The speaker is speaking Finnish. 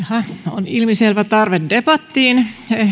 on ilmiselvä tarve debattiin